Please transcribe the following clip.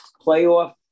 playoff